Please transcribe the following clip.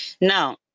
Now